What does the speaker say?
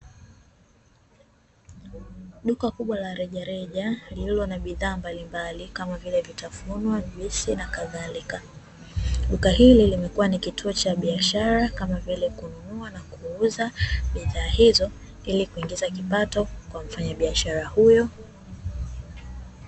Duka kubwa la rejareja, lililo na bidhaa mbalimbali kama vile vitafunwa, juisi na kadhalika. Duka hili limekuwa ni kituo cha biashara kama vile, kununua nakuuza bidhaa hizo ili kuingiza kipato kwa mfanya biashara huyo.